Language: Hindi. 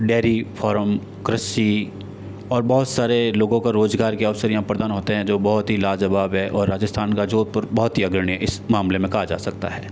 डेरी फ़ार्म कृषि और बहुत सारे लोगों का रोज़गार के अवसर यहाँ प्रदान होते हैं जो बहुत ही लाजवाब है और राजस्थान का जोधपुर बहुत ही अग्रणी है इस मामले में कहा जा सकता है